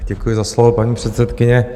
Děkuji za slovo, paní předsedkyně.